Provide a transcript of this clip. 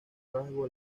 rasgo